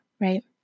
Right